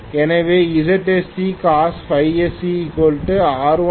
எனவே zsc cos Φ sc R1R2l